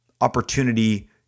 opportunity